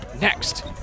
next